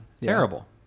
Terrible